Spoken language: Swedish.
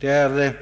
Det är